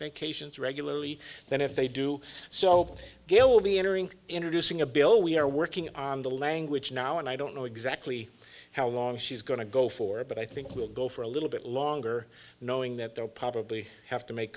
vacations regularly than if they do so gail will be entering introducing a bill we are working on the language now and i don't know exactly how long she's going to go for it but i think we'll go for a little bit longer knowing that they'll probably have to make